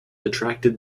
attracted